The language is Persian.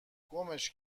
گمش